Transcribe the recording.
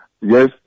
Yes